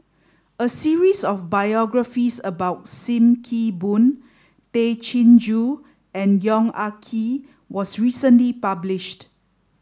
a series of biographies about Sim Kee Boon Tay Chin Joo and Yong Ah Kee was recently published